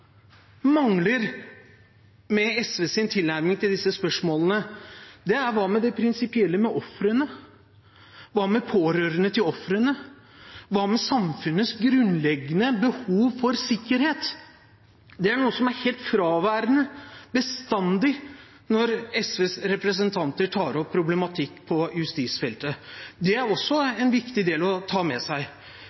mangler med SVs tilnærming til disse spørsmålene, er: Hva med det prinsipielle for ofrene? Hva med pårørende til ofrene? Hva med samfunnets grunnleggende behov for sikkerhet? Det er noe som bestandig er helt fraværende når SVs representanter tar opp problematikk på justisfeltet. Det er også en viktig del å ta med seg.